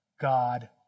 God